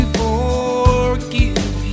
forgive